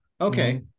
Okay